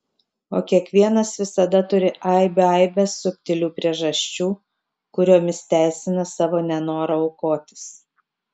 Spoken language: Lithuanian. o kiekvienas visada turi aibių aibes subtilių priežasčių kuriomis teisina savo nenorą aukotis